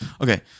Okay